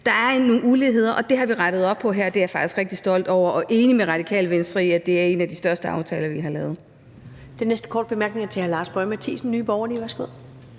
Der er nogle uligheder, og det har vi rettet op på her, og det er jeg faktisk rigtig stolt over, og jeg er enig med Radikale Venstre i, at det er en af de største aftaler, vi har lavet.